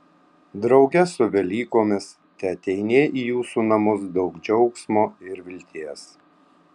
drauge su velykomis teateinie į jūsų namus daug džiaugsmo ir vilties